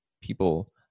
people